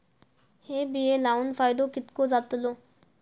हे बिये लाऊन फायदो कितको जातलो?